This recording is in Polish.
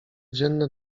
dzienne